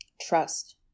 trust